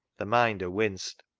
the minder winced,